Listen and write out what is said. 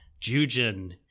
Jujin